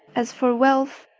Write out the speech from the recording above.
as for wealth,